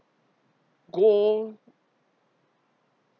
go